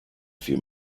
few